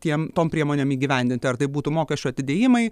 tiem tom priemonėm įgyvendinti ar tai būtų mokesčių atidėjimai